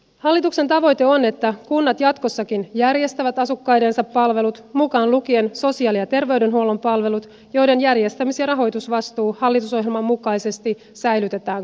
hallituksen tavoite on että kunnat jatkossakin järjestävät asukkaidensa palvelut mukaan lukien sosiaali ja terveydenhuollon palvelut joiden järjestämis ja rahoitusvastuu hallitusohjelman mukaisesti säilytetään kunnilla